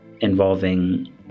involving